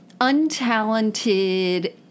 untalented